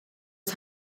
was